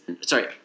Sorry